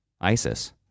ISIS